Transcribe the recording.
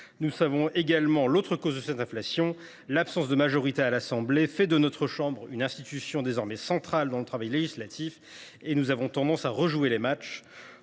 Nous connaissons également l’autre cause de cette inflation : l’absence de majorité à l’Assemblée nationale fait de notre chambre une institution désormais centrale dans le travail législatif et nous avons tendance à rejouer les matchs.